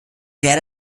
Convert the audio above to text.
werde